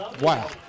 Wow